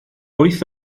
wyth